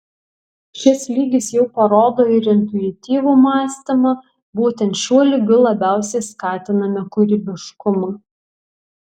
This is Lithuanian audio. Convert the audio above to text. šis lygis jau parodo ir intuityvų mąstymą būtent šiuo lygiu labiausiai skatiname kūrybiškumą